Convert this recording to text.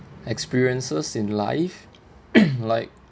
experiences in life like